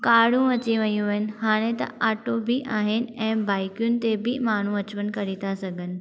कारूं अची वियूं आहिनि हाणे त आटो बि आहिनि ऐं बाइकुनि ते बि माण्हू अच वञ करे त सघनि